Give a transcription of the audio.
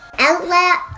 outlet,